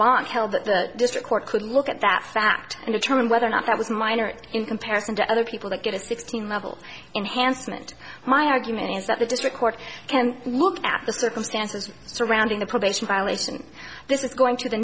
that the district court could look at that fact and determine whether or not that was minor in comparison to other people that get a sixteen level enhanced meant my argument is that the district court can look at the circumstances surrounding the probation violation this is going to the